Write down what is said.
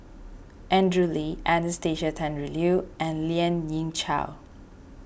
Andrew Lee Anastasia Tjendri Liew and Lien Ying Chow